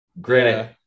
Granted